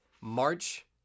March